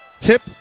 Tip